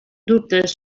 dubtes